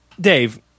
Dave